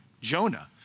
Jonah